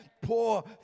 Poor